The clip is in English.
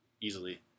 easily